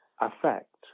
Affect